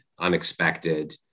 unexpected